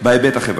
בהיבט החברתי.